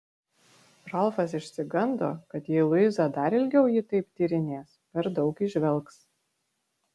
ralfas išsigando kad jei luiza dar ilgiau jį taip tyrinės per daug įžvelgs